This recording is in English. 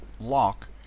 lock